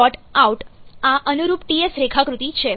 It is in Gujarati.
આ અનુરૂપ Ts રેખાકૃતિ છે